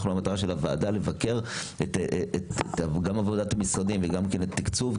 המטרה של הוועדה לבקר גם את עבודת המשרדים וגם את התקצוב,